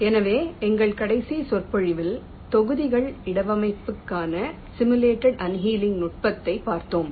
எனவே எங்கள் கடைசி சொற்பொழிவில் தொகுதிகள் இடவமைவுக்கான சிமுலேடட் அண்ணேலிங் நுட்பத்தைப் பார்த்தோம்